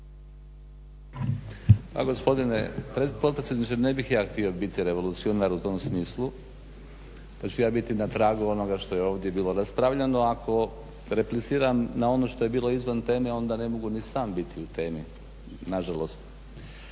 gospodine potpredsjedniče ne bih ja htio biti revolucionar u tom smislu pa ću ja biti na tragu onoga što je ovdje bilo raspravljano ako repliciram na ono što je bilo izvan teme onda ne mogu ni sam biti u temi nažalost.